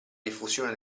diffusione